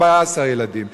14 ילדים.